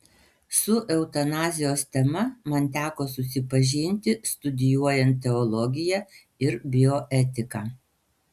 su eutanazijos tema man teko susipažinti studijuojant teologiją ir bioetiką